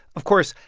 of course,